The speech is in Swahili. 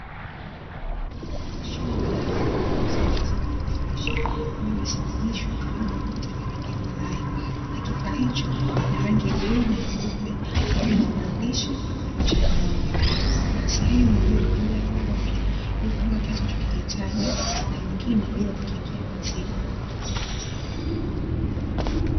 Mashine maalumu ya kuuzia maziwa yaliyo freshi, ambayo imesimamishwa karibu na ukuta wenye rangi ya malai, na kifaa hicho kina rangi ya bluu na nyeupe pamoja na maandishi na picha ya ng'ombe, na kuna sehemu iliyo kwa ajili ya kubofya ili kuandika kiasi unachokihitaji, na nyingine kwa ajili ya kukingia maziwa.